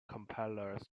compilers